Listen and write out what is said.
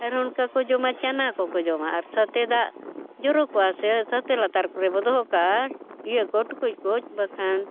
ᱟᱨ ᱚᱱᱠᱟ ᱠᱚ ᱡᱚᱢᱟ ᱪᱟᱱᱟ ᱠᱚᱠᱚ ᱡᱚᱢᱟ ᱟᱨ ᱥᱟᱛᱮ ᱫᱟᱜ ᱡᱚᱨᱚ ᱠᱚᱜᱼᱟ ᱥᱮ ᱥᱟᱛᱮ ᱞᱟᱛᱟᱨ ᱠᱚᱨᱮ ᱵᱚ ᱫᱚᱦᱚ ᱠᱟᱜᱼᱟ ᱤᱭᱟᱹ ᱠᱚ ᱴᱩᱠᱩᱡ ᱠᱚ ᱵᱟᱠᱷᱟᱱ